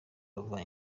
bava